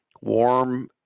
warm